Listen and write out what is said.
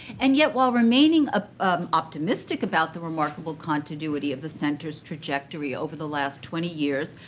and yet, while remaining ah optimistic about the remarkable continuity of the center's trajectory over the last twenty years,